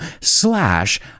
slash